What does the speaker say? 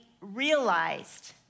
realized